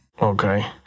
Okay